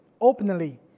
openly